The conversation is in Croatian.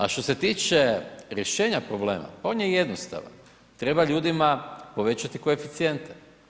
A što se tiče rješenja problema, pa on je jednostavan, treba ljudima povećati koeficijente.